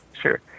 Sure